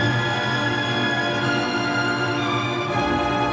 ah